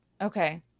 Okay